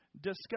discuss